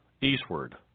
eastward